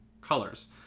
colors